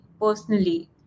personally